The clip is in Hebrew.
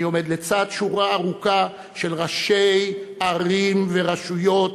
אני עומד לצד שורה ארוכה של ראשי ערים ורשויות,